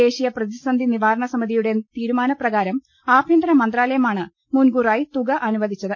ദേശീയ പ്രതിസന്ധി നിവാരണ സമിതിയുടെ തീരുമാന പ്രകാരം ആഭ്യന്തര മന്ത്രാലയ മാണ് മുൻകൂറായി തുക അനുവദിച്ചത്